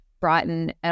Brighton